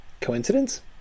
Coincidence